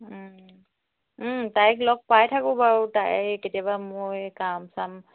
তাইক লগ পাই থাকোঁ বাৰু তাই কেতিয়াবা মই কাম চাম